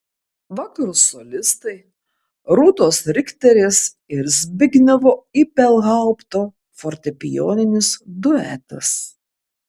vakaro solistai rūtos rikterės ir zbignevo ibelhaupto fortepijoninis duetas